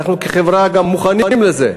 אנחנו כחברה גם מוכנים לזה.